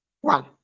one